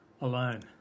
alone